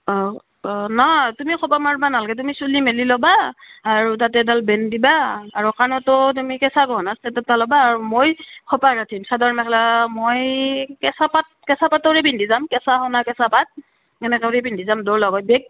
অঁ নহয় তুমি খপা মাৰবা নালগে তুমি চুলি মেলি ল'বা আৰু তাতে এটা বেণ্ড দিবা আৰু কাণতো তুমি কেঁচা গহনাৰ চেট এটা লবা আৰু মই খপা গাথিম চাদৰ মেখেলা মই কেঁচা পাত কেঁচা পাতৰে পিন্ধি যাম কেঁচা সোণা কেঁচা পাত সেনেকা বোৰে পিন্ধি যাম